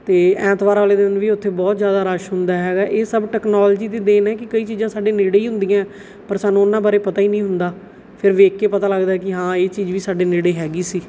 ਅਤੇ ਐਤਵਾਰ ਵਾਲੇ ਦਿਨ ਵੀ ਉੱਥੇ ਬਹੁਤ ਜ਼ਿਆਦਾ ਰਸ਼ ਹੁੰਦਾ ਹੈਗਾ ਇਹ ਸਭ ਟੈਕਨੋਲਜੀ ਦੀ ਦੇਣ ਹੈ ਕਿ ਕਈ ਚੀਜ਼ਾਂ ਸਾਡੇ ਨੇੜੇ ਹੀ ਹੁੰਦੀਆਂ ਪਰ ਸਾਨੂੰ ਉਹਨਾਂ ਬਾਰੇ ਪਤਾ ਹੀ ਨਹੀਂ ਹੁੰਦਾ ਫਿਰ ਵੇਖ ਕੇ ਪਤਾ ਲੱਗਦਾ ਕਿ ਹਾਂ ਇਹ ਚੀਜ਼ ਵੀ ਸਾਡੇ ਨੇੜੇ ਹੈਗੀ ਸੀ